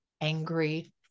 angry